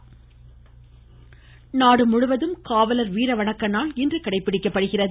பிரதமர் நாடுமுழுவதும் காவலர் வீரவணக்க நாள் இன்று கடைபிடிக்கப்படுகிறது